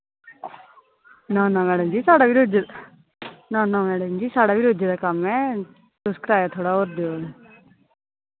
ना ना मैडम जी साढ़ा बी रोजे दा ना ना मैडम जी साढ़ा बी रोजे दा कम्म ऐ तुस कराया थोह्ड़ा और देओ